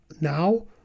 now